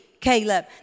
Caleb